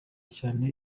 cyane